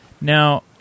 Now